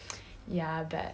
ya but